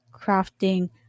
crafting